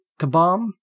Kabam